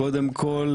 קודם כל,